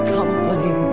company